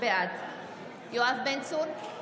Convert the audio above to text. בעד יואב בן צור,